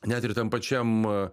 net ir tam pačiam